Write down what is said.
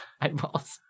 eyeballs